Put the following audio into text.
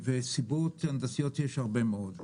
וסיבות הנדסיות יש הרבה מאוד.